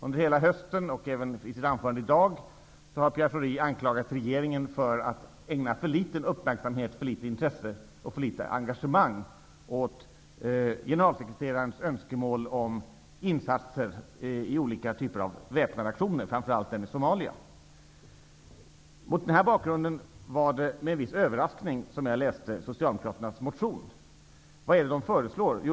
Under hela hösten, och även i sitt anförande i dag, har Pierre Schori anklagat regeringen för att ägna för liten uppmärksamhet, för litet intresse och för litet engagemang åt generalsekreterarens önskemål om insatser i olika typer av väpnade aktioner, framför allt den i Somalia. Mot den bakgrunden var det med en viss överraskning som jag läste Socialdemokraternas motion. Vad är det de föreslår?